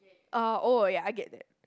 uh oh ya I get that